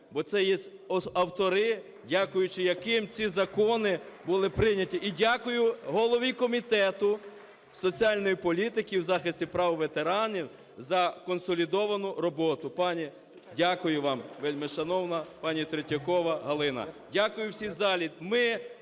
бо це є автори, дякуючи яким ці закони були прийняті. І дякую голові Комітету соціальної політики, захисту прав ветеранів за консолідовану роботу, пані, дякую вам, вельмишановна пані Третьякова Галина. Дякую всім в залі.